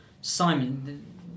Simon